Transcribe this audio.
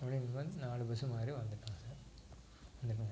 அப்படிங்கும் போது நாலு பஸ்ஸு மாறி வந்துட்டோம்ங்க சார் கண்டிப்பாங்க